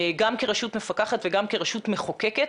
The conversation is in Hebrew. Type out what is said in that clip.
גם כרשות מפקחת וגם כרשות מחוקקת,